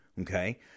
Okay